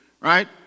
right